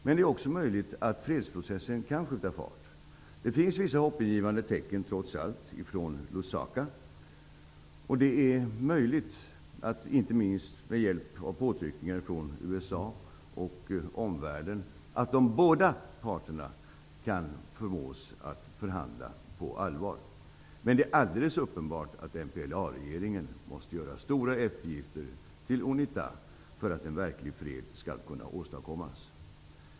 Men det är också möjligt att fredsprocessen kan skjuta fart. Det finns vissa hoppingivande tecken trots allt från Lusaka. Det är möjligt, inte minst efter påtryckningar från USA och omvärlden, att båda parterna kan förmås att förhandla på allvar. Men det är alldeles uppenbart att MPLA-regeringen måste göra stora eftergifter till Unita för att verklig fred skall kunna åstadkommas.